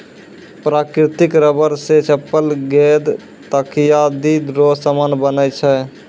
प्राकृतिक रबर से चप्पल गेंद तकयादी रो समान बनै छै